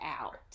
out